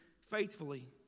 faithfully